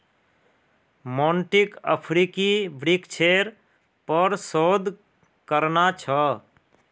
मोंटीक अफ्रीकी वृक्षेर पर शोध करना छ